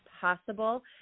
possible